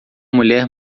mulher